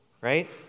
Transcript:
right